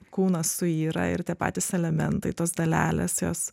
kūnas suyra ir tie patys elementai tos dalelės jos